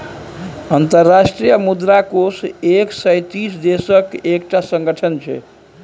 अंतर्राष्ट्रीय मुद्रा कोष एक सय तीस देशक एकटा संगठन छै